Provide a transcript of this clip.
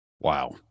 Wow